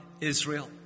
Israel